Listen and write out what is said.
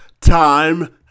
time